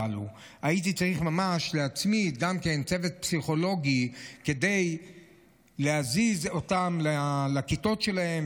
הייתי צריך ממש להצמיד גם צוות פסיכולוגי כדי להזיז אותן לכיתות שלהם,